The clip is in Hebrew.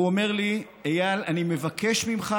והוא אומר לי: איל, אני מבקש ממך,